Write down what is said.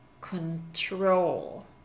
control